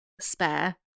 Spare